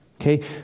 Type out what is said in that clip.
Okay